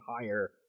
higher